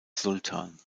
sultan